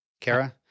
Kara